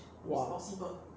!wow!